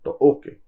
okay